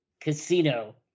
Casino